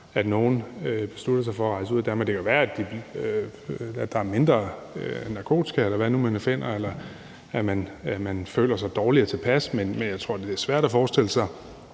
at nogle beslutter sig for at rejse ud af Danmark. Det kan være, at der er mindre narkotika, eller hvad man nu finder, eller at de føler sig dårligere tilpas, men jeg tror, det er svært at forestille sig,